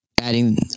adding